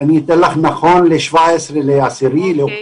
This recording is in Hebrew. אני אתן לך נכון ל-17 באוקטובר.